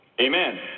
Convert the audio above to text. Amen